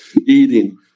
eating